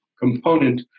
component